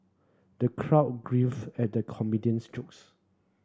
the crowd grief at the comedian's jokes